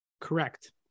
Correct